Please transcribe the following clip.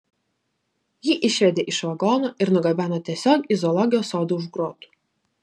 jį išvedė iš vagono ir nugabeno tiesiog į zoologijos sodą už grotų